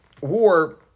war